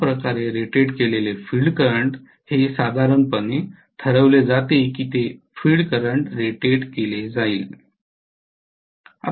अशाप्रकारे रेटेड केलेले field current हे साधारणपणे ठरवले जाते की ते फील्ड करंट रेटेड केले जाईल